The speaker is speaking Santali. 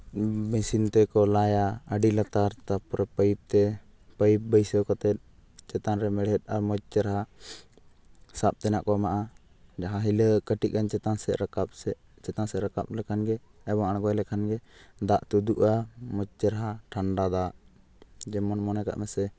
ᱢᱮᱥᱤᱱ ᱛᱮᱠᱚ ᱞᱟᱭᱟ ᱟᱹᱰᱤ ᱞᱟᱛᱟᱨ ᱛᱟᱨᱯᱚᱨ ᱯᱟᱭᱤᱯ ᱛᱮ ᱯᱟᱭᱤᱯ ᱵᱟᱹᱭᱥᱟᱹᱣ ᱠᱟᱛᱮᱫ ᱪᱮᱛᱟᱱ ᱨᱮ ᱢᱮᱬᱦᱮᱫ ᱟᱨ ᱢᱚᱡᱽ ᱪᱮᱦᱨᱟ ᱥᱟᱵ ᱛᱮᱱᱟᱜ ᱠᱚ ᱮᱢᱟᱜᱼᱟ ᱡᱟᱦᱟᱸ ᱦᱤᱞᱳᱜ ᱠᱟᱹᱴᱤᱡ ᱜᱟᱱ ᱪᱮᱛᱟᱱ ᱥᱮᱫ ᱨᱟᱠᱟᱵ ᱥᱮ ᱪᱮᱛᱟᱱ ᱥᱮᱫ ᱨᱟᱠᱟᱵ ᱞᱮᱠᱷᱟᱱ ᱜᱮ ᱮᱵᱚᱝ ᱟᱬᱜᱚ ᱞᱮᱠᱷᱟᱱ ᱜᱮ ᱫᱟᱜ ᱛᱩᱫᱩᱜᱼᱟ ᱢᱚᱡᱽ ᱪᱮᱦᱨᱟ ᱴᱷᱟᱱᱰᱟ ᱫᱟᱜ ᱡᱮᱢᱚᱱ ᱢᱚᱱᱮ ᱠᱟᱜ ᱢᱮᱥᱮ